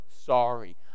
sorry